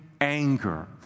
anger